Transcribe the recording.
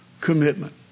commitment